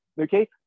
okay